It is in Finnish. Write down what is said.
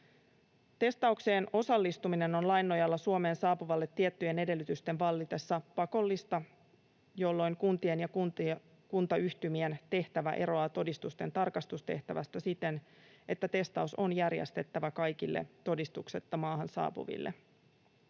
Testaukseen osallistuminen on lain nojalla Suomeen saapuvalle tiettyjen edellytysten vallitessa pakollista, jolloin kuntien ja kuntayhtymien tehtävä eroaa todistusten tarkastustehtävästä siten, että testaus on järjestettävä kaikille todistuksetta maahan saapuville,